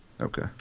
Okay